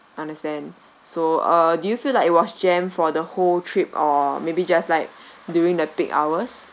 understand so uh do you feel like it was jammed for the whole trip or maybe just like during the peak hours